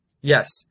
Yes